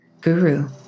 guru